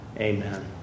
Amen